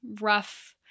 rough